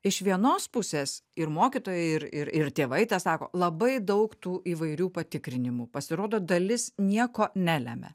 iš vienos pusės ir mokytojai ir ir ir tėvai tą sako labai daug tų įvairių patikrinimų pasirodo dalis nieko nelemia